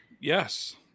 Yes